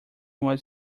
was